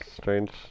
Strange